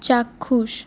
চাক্ষুষ